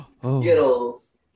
skittles